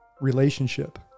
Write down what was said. relationship